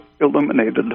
illuminated